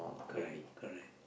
correct correct